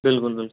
بِلکُل بِلکُل